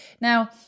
Now